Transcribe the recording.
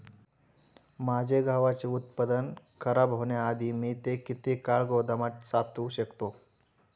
माझे गव्हाचे उत्पादन खराब होण्याआधी मी ते किती काळ गोदामात साठवू शकतो?